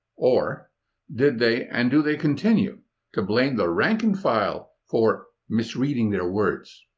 or did they and do they continue to blame the rank and file for misreading their words?